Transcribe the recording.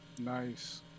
Nice